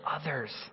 others